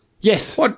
Yes